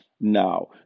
Now